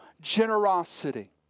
generosity